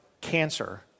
cancer